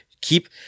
keep